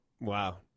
Wow